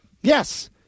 yes